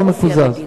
לא מקוזז.